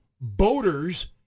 boaters